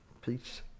Peace